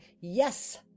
Yes